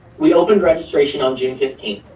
we opened registration on june fifteenth.